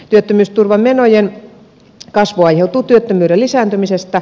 työttömyysturvamenojen kasvu aiheutuu työttömyyden lisääntymisestä